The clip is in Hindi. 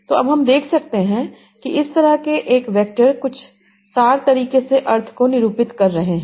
तो अब हम देख सकते हैं कि इस तरह के एक वेक्टर कुछ सार तरीके से अर्थ को निरूपित कर रहे है